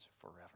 forever